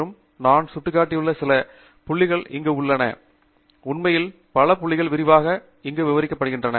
மற்றும் நான் சுட்டிக்காட்டியுள்ள சில புள்ளிகள் இங்குள்ள மிகச் சிறிய பகுதியிலுள்ளவை உண்மையில் பல புள்ளிகளில் விரிவான விவரங்கள் உள்ளன